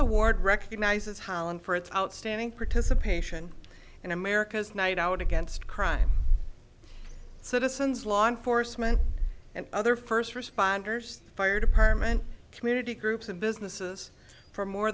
park recognizes holland for its outstanding participation in america's night out against crime citizens law enforcement and other first responders fire department community groups and businesses for more